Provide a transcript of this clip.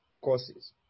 courses